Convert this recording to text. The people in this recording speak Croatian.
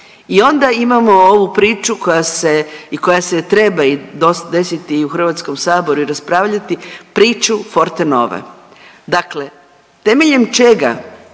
I onda imamo ovu priču koja se i koja se treba desiti i u HS i raspravljati priču Fortenove. Dakle temeljem čega,